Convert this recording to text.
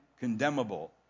condemnable